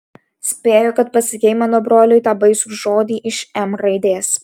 spėju kad pasakei mano broliui tą baisų žodį iš m raidės